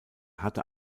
hatte